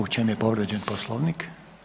U čemu je povrijeđen poslovnik?